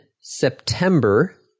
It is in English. September